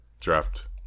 draft